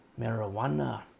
Marijuana